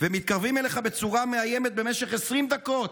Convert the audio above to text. ומתקרבים אליך בצורה מאיימת במשך 20 דקות,